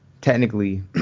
technically